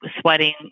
sweating